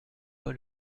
pas